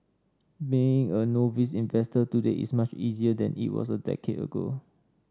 being a novice investor today is much easier than it was a decade ago